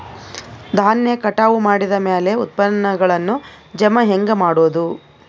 ಧಾನ್ಯ ಕಟಾವು ಮಾಡಿದ ಮ್ಯಾಲೆ ಉತ್ಪನ್ನಗಳನ್ನು ಜಮಾ ಹೆಂಗ ಮಾಡೋದು?